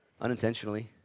Unintentionally